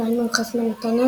רפאל מיוחס מנתניה,